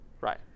right